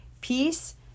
peace